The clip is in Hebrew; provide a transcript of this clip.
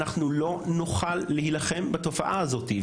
אנחנו לא נוכל להילחם בתופעה הזאת.